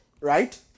Right